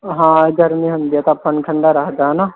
ਹਾਂ ਗਰਮੀ ਹੁੰਦੀ ਆ ਤਾਂ ਆਪਾਂ ਨੂੰ ਠੰਢਾ ਰੱਖਦਾ ਨਾ